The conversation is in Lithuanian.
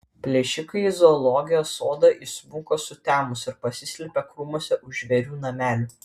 plėšikai į zoologijos sodą įsmuko sutemus ir pasislėpė krūmuose už žvėrių namelių